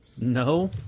No